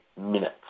minutes